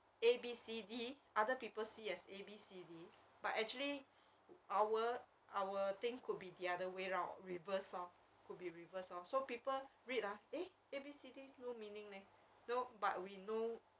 A B C D other people see as A B C D but actually our our thing could be the other way round reverse lor could be reversed lor so people read ah eh A B C D no meaning leh no but we know